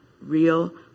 real